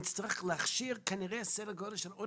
נצטרך להכשיר כנראה סדר גודל של עוד